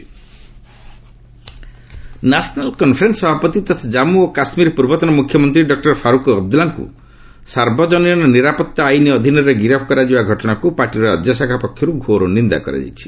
କେକେ national conference national conference ସଭାପତି ତଥା ଜନ୍ମୁ ଓ କାଶ୍ମୀରର ପୂର୍ବତନ ମୁଖ୍ୟମନ୍ତ୍ରୀ ଡକ୍ଟର ଫାରୁକ୍ ଅବଦୁଲ୍ଲାଙ୍କୁ ସାର୍ବଜନୀନ ନିରାପତ୍ତା ଆଇନ ଅଧୀନରେ ଗିରଫ କରାଯିବା ଘଟଣାକୁ ପାର୍ଟିର ରାଜ୍ୟଶାଖା ପକ୍ଷରୁ ଘୋର ନିନ୍ଦା କରାଯାଇଛି